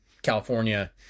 California